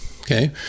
Okay